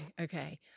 Okay